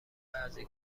بعضی